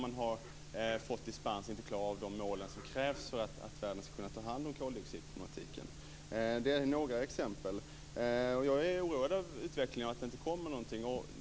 Man har fått dispens från att klara de mål som krävs för att Sverige skall kunna ta hand om koldioxidproblematiken. Detta är ett exempel. Jag är oroad över utvecklingen och över att det inte sker någonting.